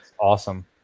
Awesome